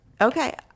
Okay